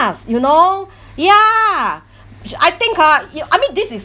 you know ya which I think uh you know I mean this is